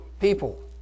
people